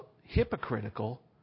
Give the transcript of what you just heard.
hypocritical